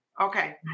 Okay